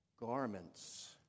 garments